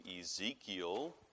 Ezekiel